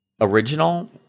original